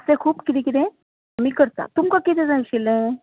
अशें खूब कितें कितें आमी करतात तुमका कितें जाय आशिल्लें